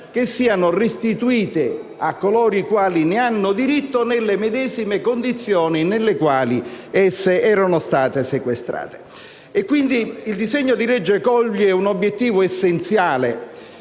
siano restituite a coloro i quali ne hanno diritto nelle medesime condizioni nelle quali esse erano state sequestrate. Il disegno di legge, dunque, coglie un obiettivo essenziale: